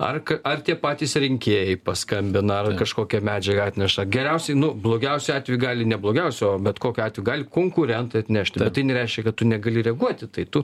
ar ar tie patys rinkėjai paskambina ar kažkokią medžiagą atneša geriausiai nu blogiausiu atveju gali ne blogiausiu o bet kokiu atveju gali kunkurentai atnešti bet tai nereiškia kad tu negali reaguoti tai tu